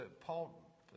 Paul